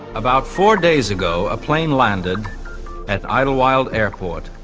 about four days ago, a plane landed at idelwild airport.